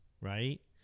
right